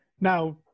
Now